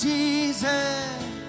Jesus